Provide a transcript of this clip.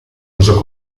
uso